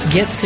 Get